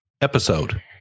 episode